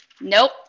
Nope